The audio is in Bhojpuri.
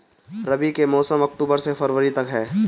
रबी के मौसम अक्टूबर से फ़रवरी तक ह